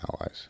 allies